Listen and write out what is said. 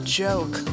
joke